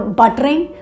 buttering